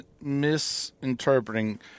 misinterpreting